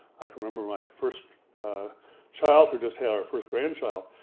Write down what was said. i can remember my first child, who just had our first grandchild,